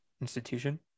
institution